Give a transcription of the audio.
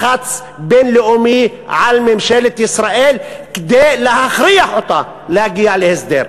לחץ בין-לאומי על ממשלת ישראל כדי להכריח אותה להגיע להסדר.